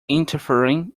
interfering